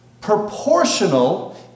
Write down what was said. proportional